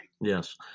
Yes